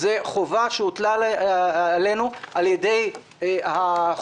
זו חובה שהוטלה עלינו על ידי החוק.